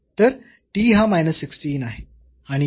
तर t हा आहे